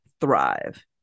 thrive